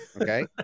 Okay